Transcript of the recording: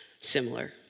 similar